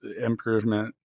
improvement